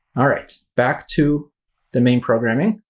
all right. back to the main programming.